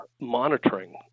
monitoring